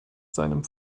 seinem